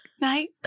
night